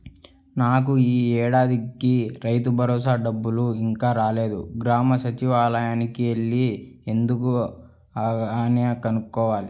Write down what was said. నాకు యీ ఏడాదికి రైతుభరోసా డబ్బులు ఇంకా రాలేదు, గ్రామ సచ్చివాలయానికి యెల్లి ఎందుకు ఆగాయో కనుక్కోవాల